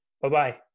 Bye-bye